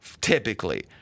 typically